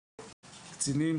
קצינים,